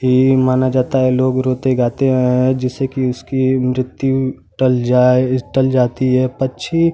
इ माना जाता है कि लोग रोते गाते हैं जिससे कि उसकी मृत्यु टल जाए टल जाती है पक्षी